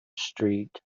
street